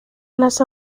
las